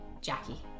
Jackie